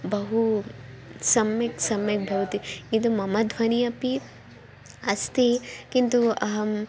बहु सम्यक् सम्यक् भवति इद् मम ध्वनिः अपि अस्ति किन्तु अहम्